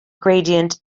gradient